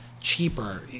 cheaper